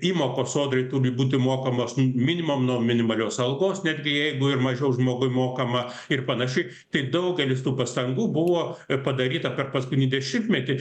įmokos sodrai turi būti mokamos minimam nuo minimalios algos netgi jeigu ir mažiau žmogumi mokama ir panašiai tai daugelis tų pastangų buvo padaryta per paskutinį dešimtmetį